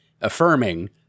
affirming